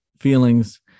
feelings